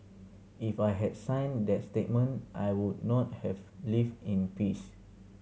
if I had signed that statement I would not have lived in peace